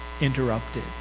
interrupted